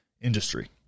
industry